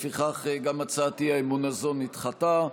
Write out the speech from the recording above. לפיכך, גם הצעת האי-אמון הזאת נדחתה.